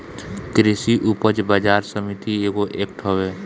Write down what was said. कृषि उपज बाजार समिति एगो एक्ट हवे